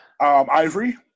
Ivory